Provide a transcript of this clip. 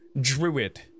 druid